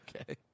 Okay